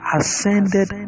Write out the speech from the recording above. ascended